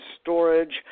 storage